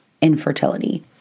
infertility